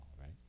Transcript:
right